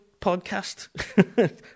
podcast